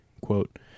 quote